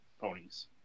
ponies